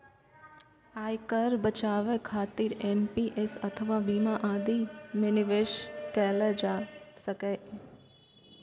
आयकर बचाबै खातिर एन.पी.एस अथवा बीमा आदि मे निवेश कैल जा सकैए